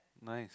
nice